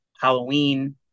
Halloween